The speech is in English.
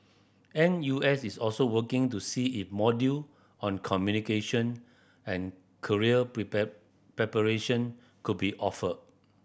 N U S is also working to see if module on communication and career preparation could be offered